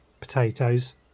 potatoes